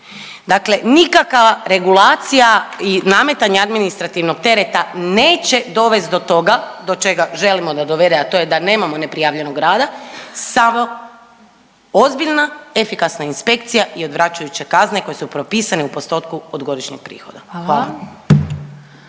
Dakle, nikakva regulacija i nametanje administrativnog tereta neće dovest do toga do čega želimo da dovede, a to je da nemamo neprijavljenog rada samo ozbiljna efikasna inspekcija i odvraćajuće kazne koje su propisane u postotku od godišnjeg prihoda. Hvala.